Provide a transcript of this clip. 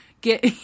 get